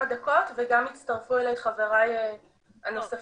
כמה דקות וגם יצטרפו אליי חבריי הנוספים